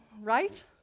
right